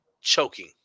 choking